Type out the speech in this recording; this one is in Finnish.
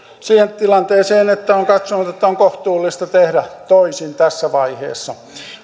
siihen tilanteeseen että on katsonut että on kohtuullista tehdä toisin tässä vaiheessa